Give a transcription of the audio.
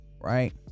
right